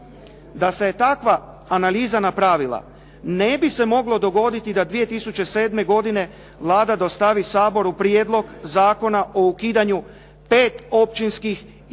Da se takva analiza napravila ne bi se moglo dogoditi da 2007. godine Vlada dostavi Saboru prijedlog zakona o ukidanju pet općinskih i pet